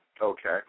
Okay